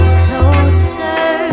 closer